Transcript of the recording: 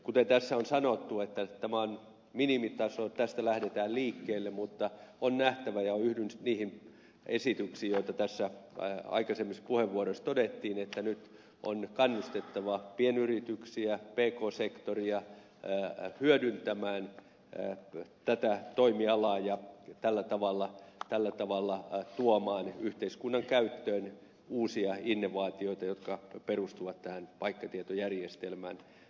kuten tässä on sanottu tämä on minimitaso tästä lähdetään liikkeelle mutta on nähtävä ja yhdyn niihin esityksiin joita aikaisemmissa puheenvuoroissa todettiin että nyt on kannustettava pienyrityksiä pk sektoria hyödyntämään tätä toimialaa ja tällä tavalla tuomaan yhteiskunnan käyttöön uusia innovaatioita jotka perustuvat tähän paikkatietojärjestelmään